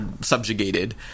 subjugated